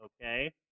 okay